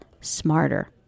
smarter